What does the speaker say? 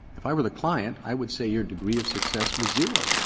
if i were the client, i would say your degree of success was zero.